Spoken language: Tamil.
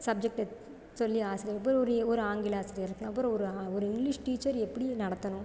சப்ஜெக்ட்டை சொல்லி ஆசிரியர் இப்போ ஒரு ஆங்கில ஆசிரியர் இருக்கலாம் அப்புறம் ஒரு இங்கிலிஷ் டீச்சர் எப்படி நடத்தணும்